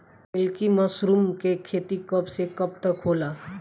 Milky mushroom के खेती कब से कब तक होला?